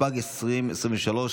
התשפ"ג 2023,